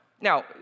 Now